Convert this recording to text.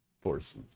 forces